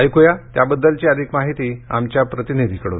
ऐकू या त्याबद्दलची अधिक माहिती आमच्या प्रतिनिधीकडून